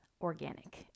organic